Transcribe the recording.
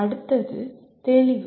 அடுத்தது "தெளிவு"